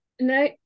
No